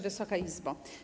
Wysoka Izbo!